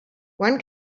one